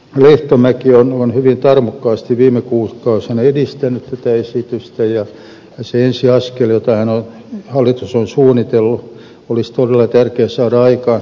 ministeri lehtomäki on hyvin tarmokkaasti viime kuukausina edistänyt tätä esitystä ja se ensiaskel jota hallitus on suunnitellut olisi todella tärkeä saada aikaan